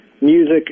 music